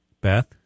Beth